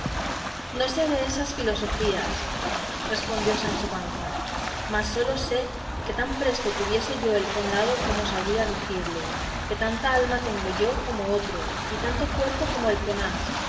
no sé esas filosofías respondió sancho panza mas sólo sé que tan presto tuviese yo el condado como sabría regirle que tanta alma tengo yo como otro y tanto cuerpo como el que más